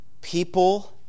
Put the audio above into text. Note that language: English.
people